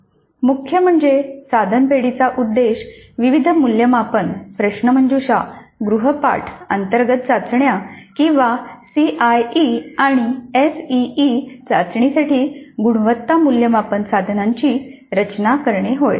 मुख्य म्हणजे साधन पेढीेचा उद्देश विविध मूल्यमापन प्रश्नमंजुषा गृहपाठ अंतर्गत चाचण्या किंवा सीआयई आणि एसईई चाचणीसाठी गुणवत्ता मूल्यमापन साधनांची रचना करणे होय